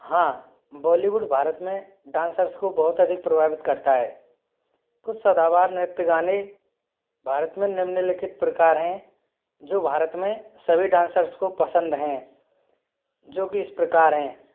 हाँ बॉलीवुड भारत में डाँसर्स को बहुत अधिक प्रभावित करता है कुछ सदाबहार नृत्य गाने भारत में निम्नलिखित प्रकार हैं जो भारत में सभी डाँसर्स को पसंद हैं जो की इस प्रकार हैं